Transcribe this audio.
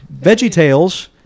VeggieTales